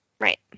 Right